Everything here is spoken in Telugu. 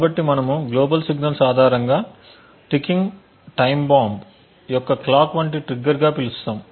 కాబట్టి మనము గ్లోబల్ సిగ్నల్స్ ఆధారంగా టిక్కింగ్ టైమ్ బాంబు యొక్క క్లాక్ వంటి ట్రిగ్గర్గా పిలుస్తాము